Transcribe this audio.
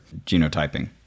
genotyping